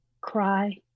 Cry